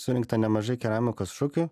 surinkta nemažai keramikos šukių